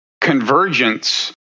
convergence